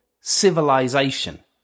civilization